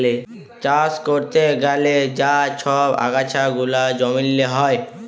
চাষ ক্যরতে গ্যালে যা ছব আগাছা গুলা জমিল্লে হ্যয়